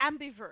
ambivert